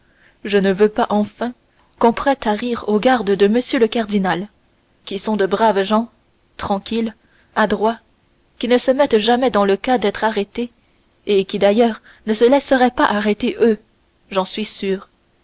je ne veux pas enfin qu'on prête à rire aux gardes de m le cardinal qui sont de braves gens tranquilles adroits qui ne se mettent jamais dans le cas d'être arrêtés et qui d'ailleurs ne se laisseraient pas arrêter eux j'en suis sûr